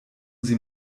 sie